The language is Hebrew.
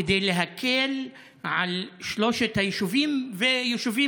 כדי להקל על שלושת היישובים ויישובים